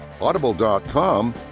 Audible.com